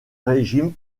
régime